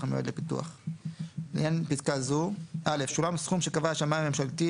המיועד לפיתוח; לעניין פסקה זו - (א) שולם הסכום שקבע השמאי הממשלתי,